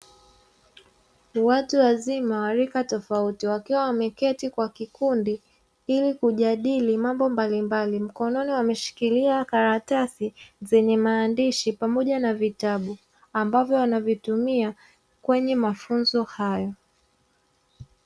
Watu wazima wa rika tofauti wakiwa wameketi kwa kikundi ili kujadili mambo mbalimbali, mkononi wameshikilia karatasi zenye maandishi pamoja na vitabu, ambavyo wanavitumia kwenye mafunzo hayo.